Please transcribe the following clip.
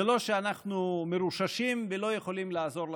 זה לא שאנחנו מרוששים ולא יכולים לעזור לציבור.